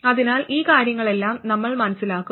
അതിനാൽ ഈ കാര്യങ്ങളെല്ലാം നമ്മൾ മനസ്സിലാക്കും